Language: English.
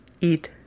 eat